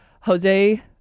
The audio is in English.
Jose